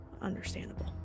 Understandable